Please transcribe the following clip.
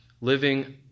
living